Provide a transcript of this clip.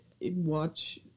watch